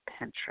Pinterest